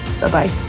Bye-bye